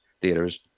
theaters